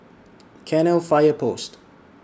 Cairnhill Fire Post